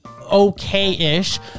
Okay-ish